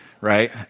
right